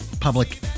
Public